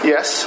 Yes